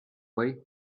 way